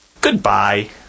Goodbye